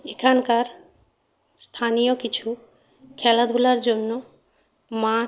এখানকার স্থানীয় কিছু খেলাধূলার জন্য মাঠ